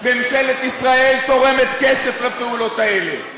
ממשלת ישראל תורמת כסף לפעולות האלה.